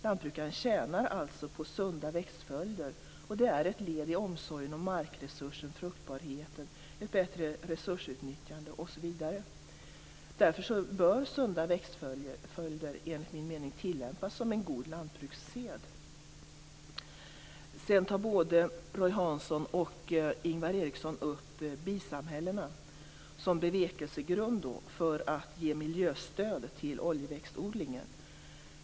Lantbrukaren tjänar alltså på att ha sunda växtföljder, och det är ett led i omsorgen om markresurserna och fruktbarheten. Det handlar om ett bättre resursutnyttjande osv. Därför bör sunda växtföljder, enligt min mening, tillämpas som en god lantbrukssed. Både Roy Hansson och Ingvar Eriksson tar upp bisamhällena som bevekelsegrund för att man skall ge miljöstöd till oljeväxtodlingen.